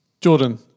Jordan